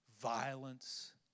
Violence